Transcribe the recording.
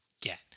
get